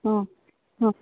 ହଁ ହଁ